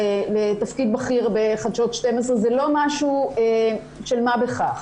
לתפקיד בכיר בחדשות 12. זה לא משהו של מה בכך.